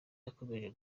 yakomeje